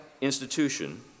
institution